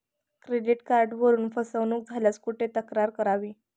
Credit कार्डवरून फसवणूक झाल्यास कुठे तक्रार करावी?